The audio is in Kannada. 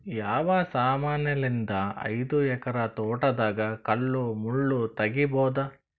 ಯಾವ ಸಮಾನಲಿದ್ದ ಐದು ಎಕರ ತೋಟದಾಗ ಕಲ್ ಮುಳ್ ತಗಿಬೊದ?